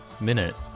minute